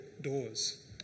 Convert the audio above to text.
doors